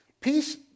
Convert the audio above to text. peace